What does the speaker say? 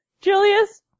Julius